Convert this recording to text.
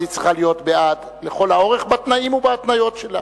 אז היא צריכה להיות בעד לאורך כל הדרך בתנאים ובהתניות שלה.